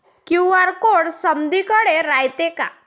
QR code समदीकडे रायतो का?